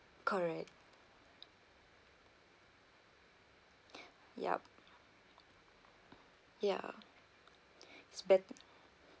correct yup ya spend